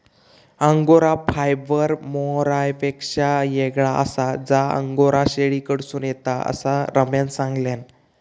angora fibre मोहायरपेक्षा येगळा आसा जा अंगोरा शेळीपासून येता, असा रम्यान सांगल्यान